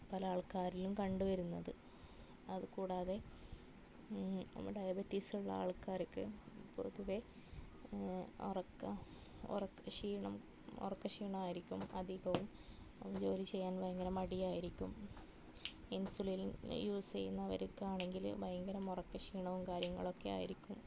പല ആൾക്കാരിലും കണ്ട് വരുന്നത് അതുകൂടാതെ നമ്മുടെ ഡയബറ്റിസ് ഉള്ള ആൾക്കാർക്ക് പൊതുവെ ഉറക്കം ഉറക്ക ക്ഷീണം ഉറക്ക ക്ഷീണമായിരിക്കും അധികവും ജോലി ചെയ്യാൻ ഭയങ്കര മടിയായിരിക്കും ഇൻസുലിൻ യൂസ് ചെയ്യുന്നവർക്കാണെങ്കിൽ ഭയങ്കര ഉറക്ക ക്ഷീണവും കാര്യങ്ങളൊക്കെ ആയിരിക്കും